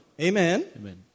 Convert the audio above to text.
Amen